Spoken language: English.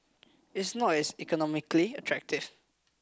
it's not as economically attractive